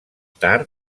tard